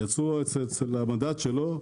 יצאו אצל המדד שלו,